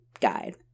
Guide